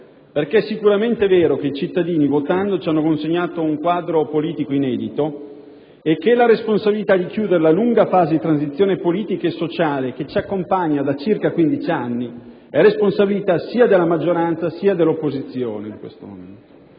perché è sicuramente vero che i cittadini votando ci hanno consegnato un quadro politico inedito e che la responsabilità di chiudere la lunga fase di transizione politica e sociale che ci accompagna da circa 15 anni, in questo momento, è sia della maggioranza sia dell'opposizione. Tuttavia,